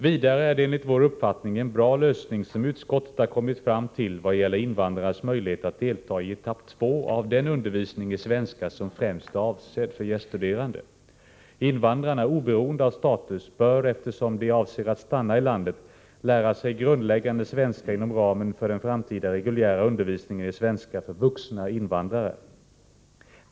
Vidare är det enligt vår uppfattning en bra lösning som utskottet har kommit fram till i vad gäller invandrares möjligheter att delta i etapp 2 av den undervisning i svenska som främst är avsedd för gäststuderande. Invandrarna bör oberoende av status, eftersom de avser att stanna i landet, lära sig grundläggande svenska inom ramen för den framtida reguljära undervisningen i svenska för vuxna invandrare.